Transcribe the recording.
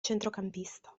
centrocampista